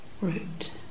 root